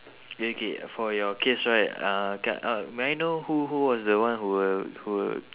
okay for you case right uh c~ uh may I know who who was the one who were who were